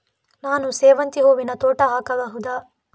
ನಾನು ಸೇವಂತಿ ಹೂವಿನ ತೋಟ ಹಾಕಬಹುದಾ?